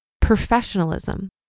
professionalism